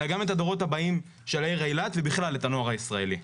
אלא גם את הדורות הבאים של העיר אילת ובכלל את הנוער הישראלי.